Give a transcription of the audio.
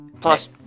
Plus